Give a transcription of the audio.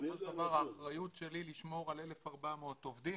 בסופו של דבר האחריות שלי לשמור על 1,400 עובדים.